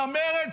צמרת צה"ל,